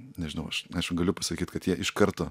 nežinau aš aišku galiu pasakyt kad jie iš karto